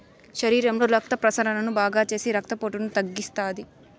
శరీరంలో రక్త ప్రసరణను బాగాచేసి రక్తపోటును తగ్గిత్తాది